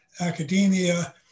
academia